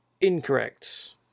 incorrect